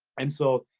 and so,